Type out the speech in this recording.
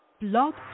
Blog